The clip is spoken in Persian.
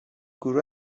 گروه